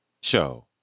show